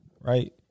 Right